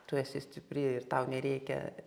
tu esi stipri ir tau nereikia